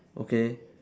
okay